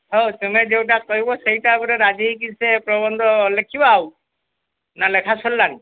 ହେଉ ତୁମେ ଯେଉଁଟା କହିବ ସେଇଟା ଗୋଟେ ରାଜି ହେଇକି ସେ ପ୍ରବନ୍ଧ ଲେଖିବା ଆଉ ନା ଲେଖା ସରିଲାଣି